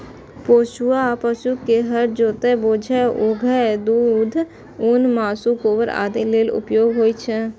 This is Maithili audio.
पोसुआ पशु के हर जोतय, बोझा उघै, दूध, ऊन, मासु, गोबर आदि लेल उपयोग होइ छै